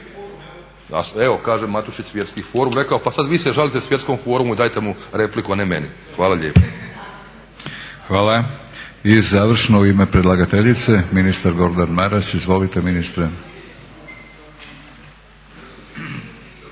Evo kaže Matušić svjetski forum rekao pa sada vi se žalite svjetskom forumu dajte mu repliku, a ne meni. Hvala lijepo. **Batinić, Milorad (HNS)** Hvala. I završno u ime predlagateljice, ministar Gordan Maras. Izvolite.